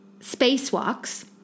spacewalks